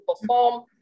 perform